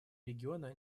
региона